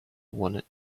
wanted